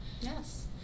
Yes